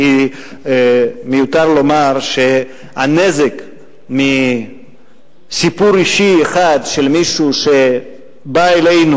כי מיותר לומר שהנזק מסיפור אישי אחד של מישהו שבא אלינו